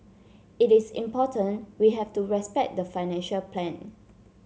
it is important we have to respect the financial plan